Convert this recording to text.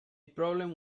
problem